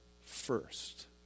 first